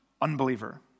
unbeliever